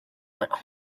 but